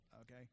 Okay